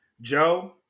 Joe